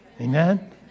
Amen